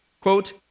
Quote